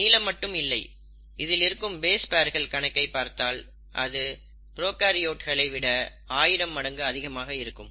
நீளம் மட்டும் இல்லை இதில் இருக்கும் பேஸ் பேர்களின் கணக்கை பார்த்தால் அது ப்ரோகாரியோட்களை விட ஆயிரம் மடங்கு அதிகமாக இருக்கும்